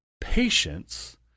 patience